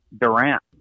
Durant